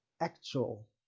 actual